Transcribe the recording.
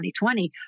2020